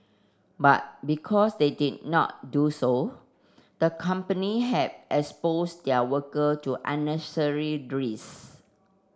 but because they did not do so the company had exposed their worker to unnecessary risk